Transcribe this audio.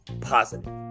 positive